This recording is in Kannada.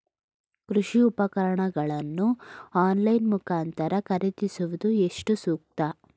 ಕೃಷಿ ಉಪಕರಣಗಳನ್ನು ಆನ್ಲೈನ್ ಮುಖಾಂತರ ಖರೀದಿಸುವುದು ಎಷ್ಟು ಸೂಕ್ತ?